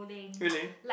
really